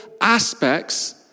aspects